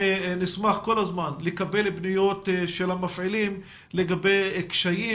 אנחנו נשמח לקבל פניות של המפעילים לגבי קשיים.